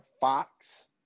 Fox